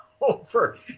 over